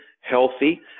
healthy